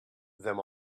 them